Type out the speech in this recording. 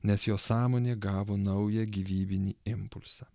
nes jo sąmonė gavo naują gyvybinį impulsą